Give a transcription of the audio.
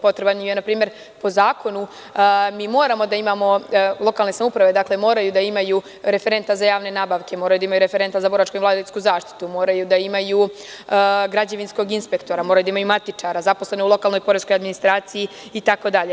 Potreban im je npr, po zakonu mi moramo da imamo, lokalne samouprave moraju da imaju referenta za javne nabavke, moraju da imaju referenta za boračku i invalidsku zaštitu, moraju da imaju građevinskog inspektora, moraju da imaju matičara, zaposlene u lokalnoj poreskoj administraciji itd.